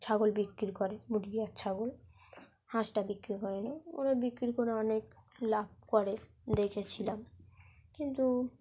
ছাগল বিক্রি করে মুরগি আর ছাগল হাঁসটা বিক্রি করেনা ওরা বিক্রি করে অনেক লাভ করে দেখেছিলাম কিন্তু